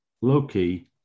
Low-key